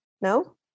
No